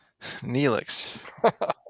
Neelix